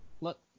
Look